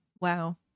wow